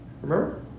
Remember